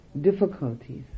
difficulties